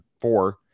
four